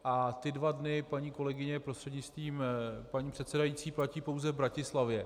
A ty dva dny, paní kolegyně prostřednictvím paní předsedající, platí pouze v Bratislavě.